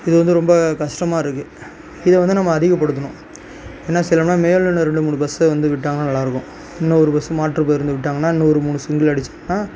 இது வந்து ரொம்ப கஷ்டமாக இருக்கு இதை வந்து நம்ம அதிகப்படுத்தணும் ஏன்னா சில மேலும் இன்னும் ரெண்டு மூணு பஸ்ஸை வந்து விட்டாங்கனா நல்லாருக்கும் இன்னும் ஒரு பஸ்ஸு மாற்று பேருந்து விட்டாங்கன்னா இன்னும் ஒரு மூணு சிங்கிள் அடிச்சாங்கன்னா